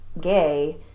gay